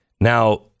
Now